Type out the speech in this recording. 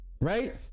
right